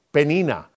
Penina